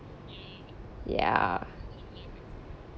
ya